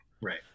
right